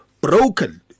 broken